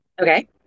Okay